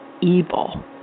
evil